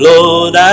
Lord